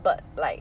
but like